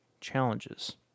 challenges